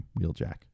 Wheeljack